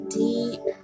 deep